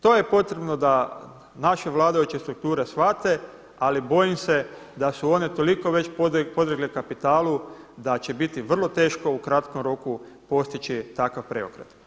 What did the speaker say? To je potrebno da naše vladajuće strukture shvate, ali bojim se da su one toliko već podlegle kapitalu, da će biti vrlo teško u kratkom roku postići takav preokret.